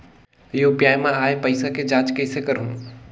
UPI मा आय पइसा के जांच कइसे करहूं?